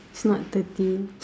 is not thirty